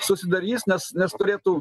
susidarys nes nes turėtų